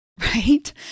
right